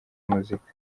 muzika